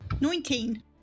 Nineteen